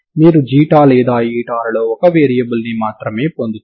మీరు ξ లేదా η లలో ఒక వేరియబుల్ మాత్రమే పొందుతారు